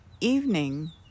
evening